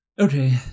Okay